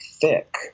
thick